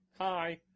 hi